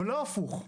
ולא להיפך.